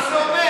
מה זה אומר?